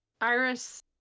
Iris